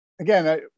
again